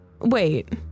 wait